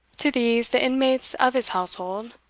to these, the inmates of his household,